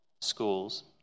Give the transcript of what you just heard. schools